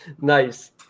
nice